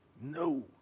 No